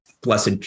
blessed